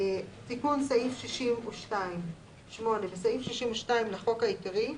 תיקון סעיף 62 8. בסעיף 62 לחוק העיקרי,